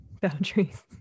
boundaries